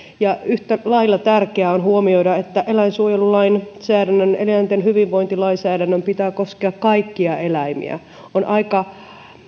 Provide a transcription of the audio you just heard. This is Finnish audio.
ja yhtä lailla tärkeää on huomioida että eläinsuojelulainsäädännön eläinten hyvinvointilainsäädännön pitää koskea kaikkia eläimiä on aika